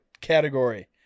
category